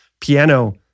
piano